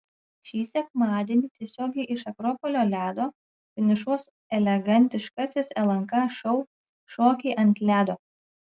šį sekmadienį tiesiogiai iš akropolio ledo finišuos elegantiškasis lnk šou šokiai ant ledo